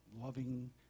loving